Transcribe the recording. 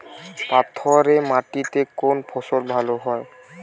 পাথরে মাটিতে কোন ফসল ভালো হয়?